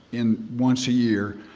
in once a year,